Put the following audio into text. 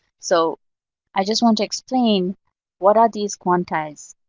so i just want to explain what are these quantiles,